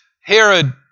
Herod